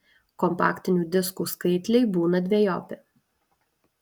kompaktinių diskų skaitliai būna dvejopi